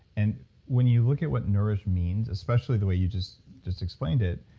and when you look at what nourish means, especially the way you just just explained it,